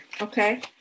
okay